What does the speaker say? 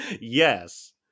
yes